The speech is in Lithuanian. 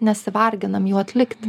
nesivarginam jų atlikti